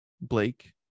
Blake